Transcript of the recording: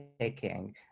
taking